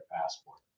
passport